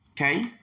Okay